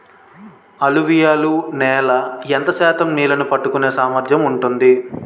అలువియలు నేల ఎంత శాతం నీళ్ళని పట్టుకొనే సామర్థ్యం ఉంటుంది?